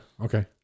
okay